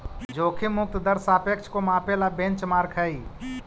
जोखिम मुक्त दर सापेक्ष को मापे ला बेंचमार्क हई